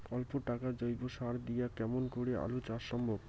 অল্প টাকার জৈব সার দিয়া কেমন করি আলু চাষ সম্ভব?